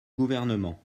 gouvernement